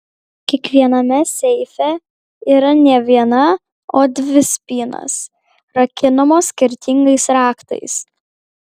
kiekviename seife yra ne viena o dvi spynos rakinamos skirtingais raktais